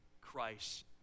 Christ